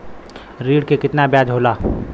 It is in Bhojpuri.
ऋण के कितना ब्याज होला?